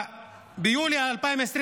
ביולי 2021